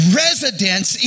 residence